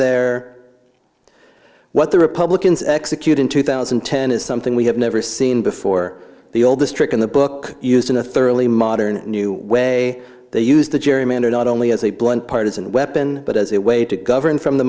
there what the republicans execute in two thousand and ten is something we have never seen before the oldest trick in the book used in a thoroughly modern new way they used the gerrymander not only as a blunt partisan weapon but as a way to govern from the